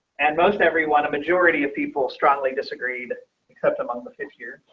and most everyone a majority of people strongly disagree that except among the fifth year